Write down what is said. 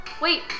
Wait